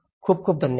खूप खूप धन्यवाद